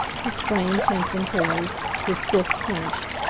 his frame tense and poised, his fists clenched.